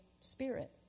spirit